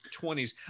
20s